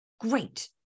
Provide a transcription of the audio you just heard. great